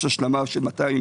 יש השלמה של 250